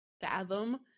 fathom